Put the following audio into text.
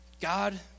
God